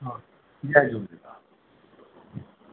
हा जय झूलेलाल